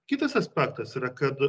kitas aspektas yra kad